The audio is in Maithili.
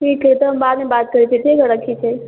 ठीक हइ तऽ हम बादमे बात करैत छी ठीक हइ रखैत छी